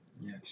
Yes